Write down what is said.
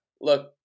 look